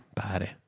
pare